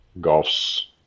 golf's